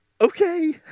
okay